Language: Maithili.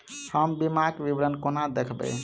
हम बीमाक विवरण कोना देखबै?